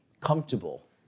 comfortable